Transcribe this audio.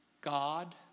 God